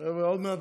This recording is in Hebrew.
פרידמן,